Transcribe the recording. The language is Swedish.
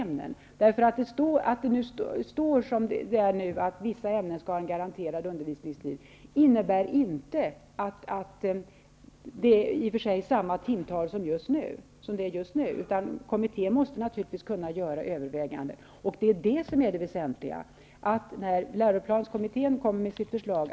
Men att det står att vissa ämnen skall ha en garanterad undervisningstid innebär inte att det i och för sig skulle vara fråga om samma timtal som nu. Kommittén måste naturligtvis kunna göra överväganden. Det väsentliga är att bevaka timtalet för ämnena när läroplanskommittén lägger fram sitt förslag.